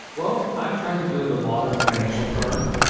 well, i'm trying to build a modern financial firm.